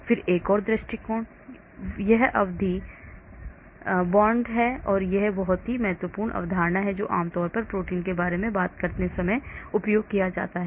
फिर एक और दृष्टिकोण यह आवधिक बॉक्स है यह एक बहुत ही महत्वपूर्ण अवधारणा है जो आमतौर पर प्रोटीन के बारे में बात करते समय उपयोग किया जाता है